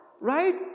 right